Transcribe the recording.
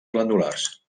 glandulars